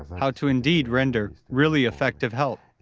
how to indeed render really effective help.